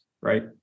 right